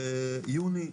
ביוני,